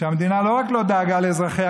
שהמדינה לא רק לא דאגה לאזרחיה,